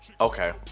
Okay